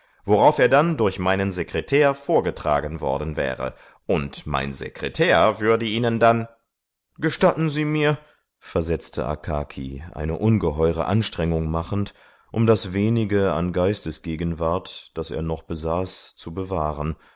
worauf er dann durch meinen sekretär vorgetragen worden wäre und mein sekretär würde ihnen dann gestatten sie mir versetzte akaki eine ungeheure anstrengung machend um das wenige an geistesgegenwart das er noch besaß zu bewahren